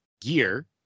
gear